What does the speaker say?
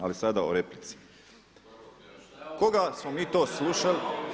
Ali sada o replici. … [[Upadica se ne čuje.]] Koga smo mi to slušali